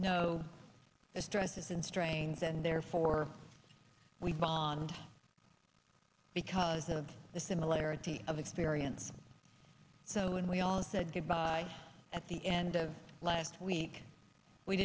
the stresses and strains and therefore we bond because of the similarity of experience so when we all said goodbye at the end of last week we